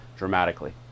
Dramatically